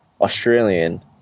Australian